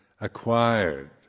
acquired